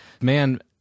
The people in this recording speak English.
man